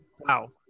Wow